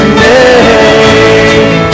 name